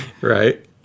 Right